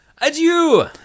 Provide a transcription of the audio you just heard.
Adieu